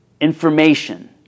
information